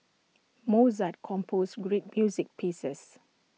Mozart composed great music pieces